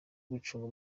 gucunga